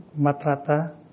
Matrata